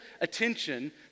attention